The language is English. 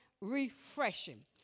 Refreshing